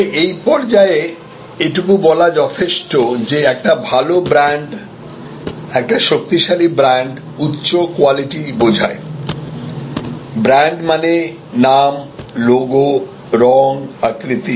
তবে এই পর্যায়ে এইটুকু বলা যথেষ্ট যে একটি ভাল ব্র্যান্ড একটি শক্তিশালী ব্র্যান্ড উচ্চ কোয়ালিটি বোঝায় ব্র্যান্ড মানে নাম লোগো রঙ আকৃতি